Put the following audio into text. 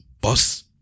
Boss